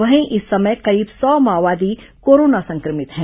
वहीं इस समय करीब सौ माओवादी कोरोना संक्रमित है